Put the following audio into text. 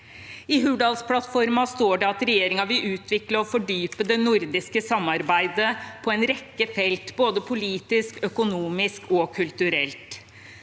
I Hurdalsplattformen står det at regjeringen vil utvikle og fordype det nordiske samarbeidet på en rekke felt, både politisk, økonomisk og kulturelt.